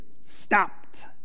stopped